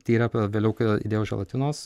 tyrę vėliau įdėjau želatinos